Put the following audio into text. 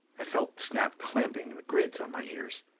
i felt snap clamping the grids on my ears.